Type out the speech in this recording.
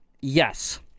yes